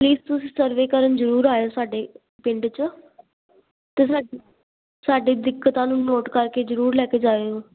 please ਤੁਸੀਂ survey ਕਰਨ ਜ਼ਰੂਰ ਆਇਓ ਸਾਡੇ ਪਿੰਡ 'ਚ ਅਤੇ ਸਾਡੇ ਸਾਡੇ ਦਿੱਕਤਾਂ ਨੂੰ ਨੋਟ ਕਰਕੇ ਜ਼ਰੂਰ ਲੈ ਕੇ ਜਾਇਓ